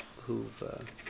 who've